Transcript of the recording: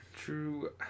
True